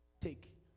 take